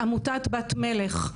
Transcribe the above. עמותת בת מלך,